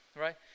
right